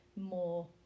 more